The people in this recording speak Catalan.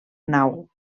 nau